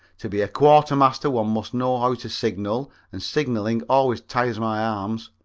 to be a quartermaster one must know how to signal, and signaling always tires my arms.